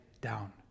down